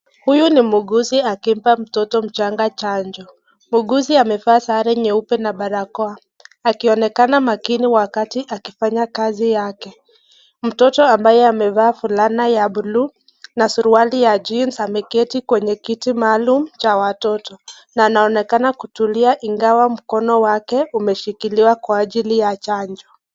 Huyu ni mwuguzi akimpa mtoto mchanga chanjo, mwuguzi amefaa sare nyeupe na parakoa akionekana makini wakati akifanya kazi yake. Mtoto ambaye amefaa fulana ya buluu na suruali ya jeans ameketi kwenye kiti maalum cha watoto na anaonekana kutulia ingawa mkono wake umeshikiliwa kwa ajili ya chanjo.